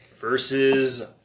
versus